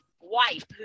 wife